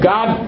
God